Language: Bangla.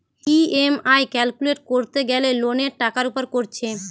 ই.এম.আই ক্যালকুলেট কোরতে গ্যালে লোনের টাকার উপর কোরছে